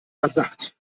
verdacht